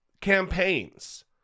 campaigns